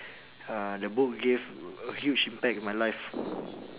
uh the book gave a huge impact in my life